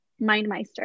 MindMeister